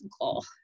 goal